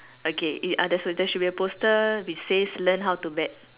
okay it ya there should be a poster which says learn how to bet